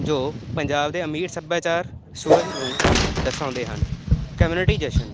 ਜੋ ਪੰਜਾਬ ਦੇ ਅਮੀਰ ਸੱਭਿਆਚਾਰ ਸੂਹਜ ਨੂੰ ਦਰਸਾਉਂਦੇ ਹਨ ਕਮਿਊਨਿਟੀ ਜਸ਼ਨ